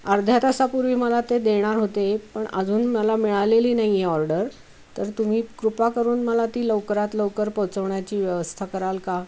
अर्ध्या तासापूर्वी मला ते देणार होते पण अजून मला मिळालेली नाही आहे ऑर्डर तर तुम्ही कृपा करून मला ती लवकरात लवकर पोचवण्याची व्यवस्था कराल का